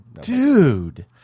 Dude